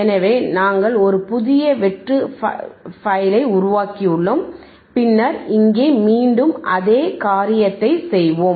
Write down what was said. எனவே நாங்கள் ஒரு புதிய வெற்று ஃபைலை உருவாக்கியுள்ளோம் பின்னர் இங்கே மீண்டும் அதே காரியத்தைச் செய்வோம்